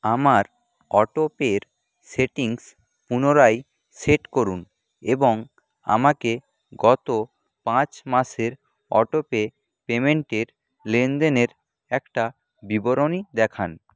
আমার অটোপের সেটিংস পুনরায় সেট করুন এবং আমাকে গত পাঁচ মাসের অটোপে পেমেন্টের লেনদেনের একটা বিবরণী দেখান